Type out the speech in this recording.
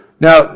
Now